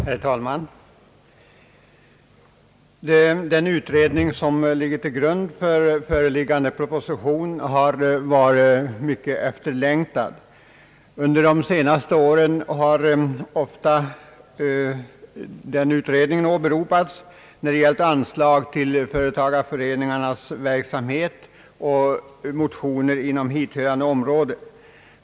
Herr talman! Den utredning som ligger till grund för föreliggande proposition har varit mycket efterlängtad. Under de senaste åren har denna utredning ofta åberopats när det gällt anslag för företagareföreningarnas verksamhet och motioner inom hithörande områden.